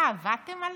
מה, עבדתם עלינו?